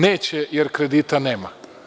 Neće, jer kredita nema.